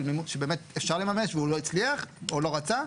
שבאמת אפשר לממש והוא לא הצליח או לא רצה.